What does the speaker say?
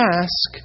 ask